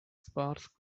sparse